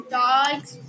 dogs